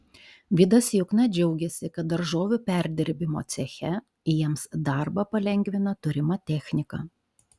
vidas jukna džiaugiasi kad daržovių perdirbimo ceche jiems darbą palengvina turima technika